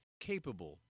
capable